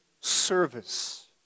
service